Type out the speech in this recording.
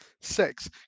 six